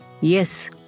Yes